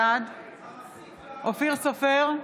בעד אופיר סופר,